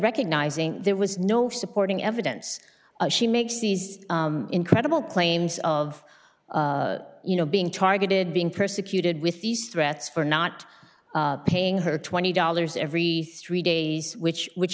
recognizing there was no supporting evidence she makes these incredible claims of you know being targeted being persecuted with these threats for not paying her twenty dollars every three days which which